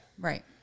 Right